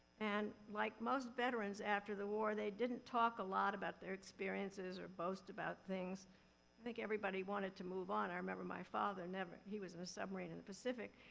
and like most veterans after the war, they didn't talk a lot about their experiences or boast about things. i think everybody wanted to move on. i remember my father never, he was in a submarine in the pacific,